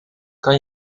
kan